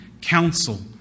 counsel